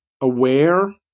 aware